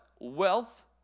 wealth